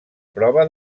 prova